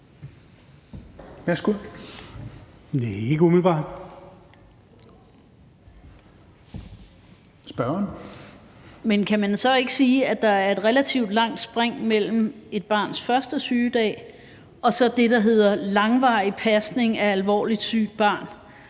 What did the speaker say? kan man så ikke sige, at der er et relativt langt spring mellem et barns første sygedag og så det, der hedder langvarig pasning af et alvorligt sygt barn?